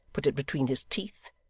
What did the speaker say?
put it between his teeth,